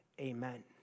amen